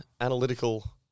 analytical